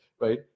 right